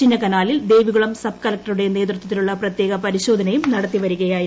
ചിന്നക്കനാലിൽ ദേവികുളം സബ്കളകൂറുടെ നേതൃത്വത്തിലുള്ള പ്രത്യേക പരിശോധനയും നടത്തിവരികയായിരുന്നു